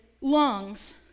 lungs